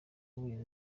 kubera